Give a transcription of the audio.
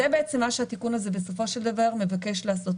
זה בעצם מה שהתיקון הזה בסופו של דבר מבקש לעשות.